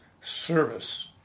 service